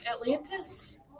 Atlantis